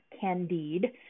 Candide